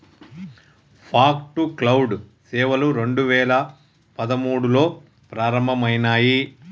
fog to cloud సేవలు రెండు వేల పదమూడులో ప్రారంభమయినాయి